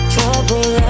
Trouble